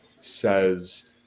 says